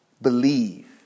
believe